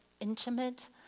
intimate